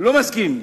לא מסכים.